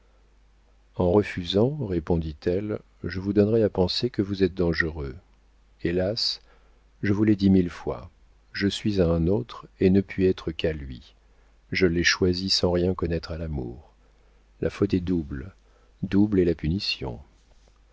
en refusant répondit-elle je vous donnerais à penser que vous êtes dangereux hélas je vous l'ai dit mille fois je suis à un autre et ne puis être qu'à lui je l'ai choisi sans rien connaître à l'amour la faute est double double est la punition